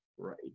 right